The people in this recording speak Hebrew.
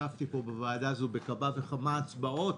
ישבתי בוועדה הזו בכמה וכמה הצבעות